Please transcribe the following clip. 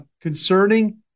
concerning